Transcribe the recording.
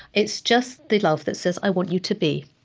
it's just the love that says, i want you to be.